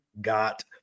got